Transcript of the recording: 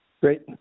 Great